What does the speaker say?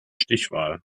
stichwahl